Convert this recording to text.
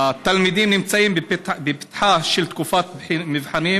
התלמידים נמצאים בפתחה של תקופת מבחנים